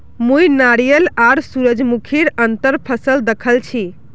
मुई नारियल आर सूरजमुखीर अंतर फसल दखल छी